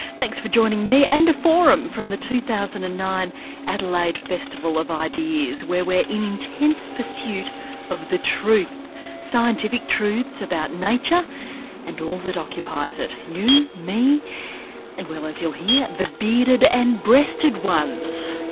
thanks for joining me. and a forum from the two thousand and nine adelaide festival of ideas, where we're in intense pursuit of the truth scientific truths about nature and all that occupies it, you, me and, well, as you'll hear, the bearded and breasted ones!